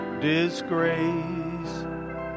disgrace